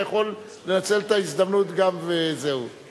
אתה יכול לנצל את ההזדמנות ולדבר